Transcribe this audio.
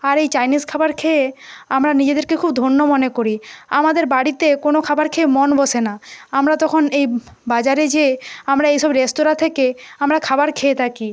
আর এই চাইনিস খাবার খেয়ে আমরা নিজেদেরকে খুব ধন্য মনে করি আমাদের বাড়িতে কোনো খাবার খেয়ে মন বসে না আমরা তখন এই বাজারে যেয়ে আমরা এই সব রেস্তোরাঁ থেকে আমরা খাবার খেয়ে থাকি